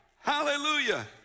Hallelujah